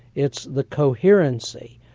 it's the coherency,